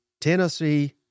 Tennessee